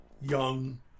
young